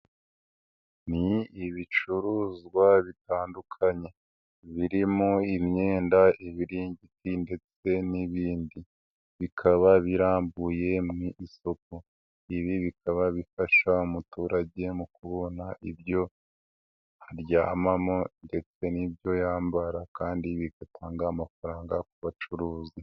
Ni ibicuruzwa bitandukanye, birimo imyenda ibiringiti ndetse n'ibindi, bikaba birambuye mu isoko, ibi bikaba bifasha umuturage mu kubona ibyo aryamamo ndetse n'ibyo yambara kandi bigatanga amafaranga ku bacuruza.